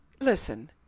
listen